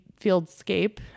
fieldscape